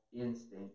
instinct